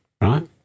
Right